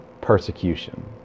persecution